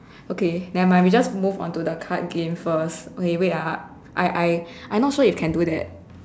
okay never mind we just move on to the card game first okay wait ah I I I not sure if can do that